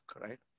right